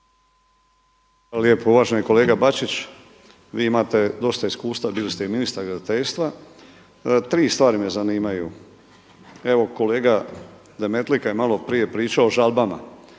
lijepo. Uvaženi kolega Bačić. Vi imate dosta iskustva, bili ste i ministar graditeljstva. Tri stvari me zanimaju, evo kolega Demetlika je malo prije pričao o žalbama.